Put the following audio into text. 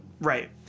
right